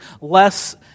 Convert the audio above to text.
less